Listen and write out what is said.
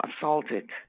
assaulted